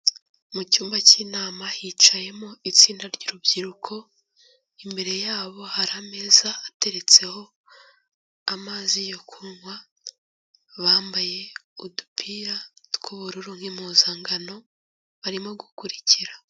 Mu cyumba cy'inama hicayemo itsinda ry'urubyiruko, imbere yabo hari ameza ateretseho amazi yo kunywa, bambaye udupira tw’ubururu nk'impuzangano, barimo gukurikira.